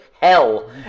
hell